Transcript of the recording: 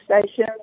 station